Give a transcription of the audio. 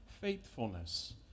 faithfulness